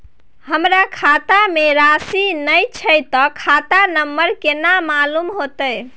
हमरा खाता में राशि ने छै ते खाता नंबर केना मालूम होते?